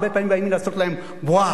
הרבה פעמים באים לעשות להם "ואה",